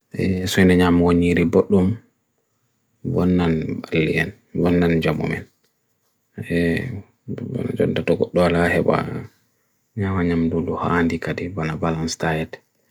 ʻe ʻeswene nja mwon njiribut ʻum ʻwon nan ʻalien ʻwon nan jamwomen ʻe ʻwon njon dutukuk ʻduwala ʻheba ʻnyawanyam ʻdu duha ʻandika ʻdi ʻwana balan ʻstayat